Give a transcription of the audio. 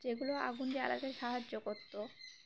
যেগুলো আগুন জ্বালাতে সাহায্য করত